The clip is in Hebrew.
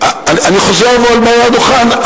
אני חוזר ואומר על הדוכן,